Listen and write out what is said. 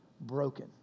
broken